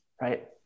right